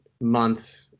months